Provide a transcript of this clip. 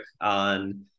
on